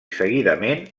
seguidament